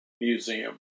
museum